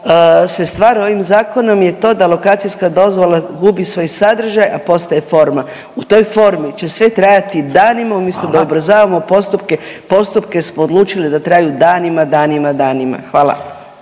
se stvara ovim zakonom je to da lokacijska dozvola gubi svoj sadržaj, a postaje forma. U toj formi će sve trajati danima umjesto…/Upadica Radin: Hvala/…da ubrzavamo postupke postupke smo odlučili da traju danima, danima, danima, hvala.